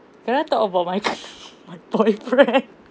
can I talk about my my boyfriend